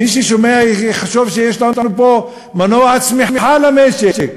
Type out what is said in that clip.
מי ששומע יחשוב שיש לנו פה מנוע צמיחה למשק.